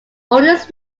oldest